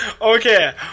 Okay